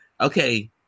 Okay